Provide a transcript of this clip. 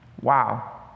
Wow